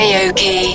Aoki